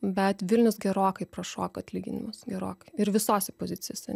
bet vilnius gerokai prašoko atlyginimus gerokai ir visose pozicijose